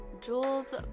Jules